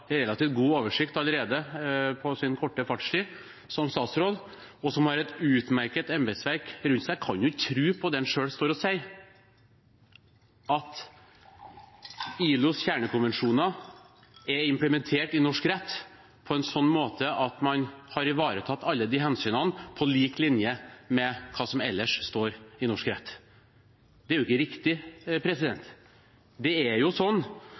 relativt god oversikt, og som har et utmerket embetsverk rundt seg, kan ikke tro på det han selv står og sier: at ILOs kjernekonvensjoner er implementert i norsk rett på en slik måte at man har ivaretatt alle de hensynene, på lik linje med hva som ellers står i norsk rett. Det er ikke riktig. Det er